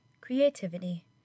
creativity